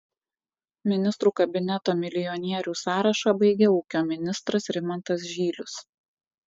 ministrų kabineto milijonierių sąrašą baigia ūkio ministras rimantas žylius